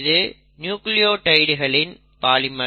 இது நியூக்ளியோடைடுகளின் பாலிமர்